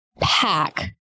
pack